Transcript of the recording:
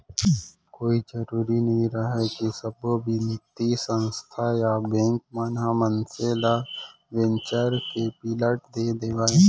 कोई जरुरी नइ रहय के सब्बो बित्तीय संस्था या बेंक मन ह मनसे ल वेंचर कैपिलट दे देवय